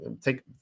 Take